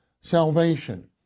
salvation